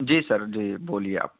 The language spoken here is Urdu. جی سر جی بولیے آپ